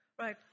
right